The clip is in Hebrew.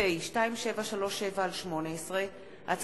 פ/2737/18 וכלה בהצעת חוק פ/2747/18,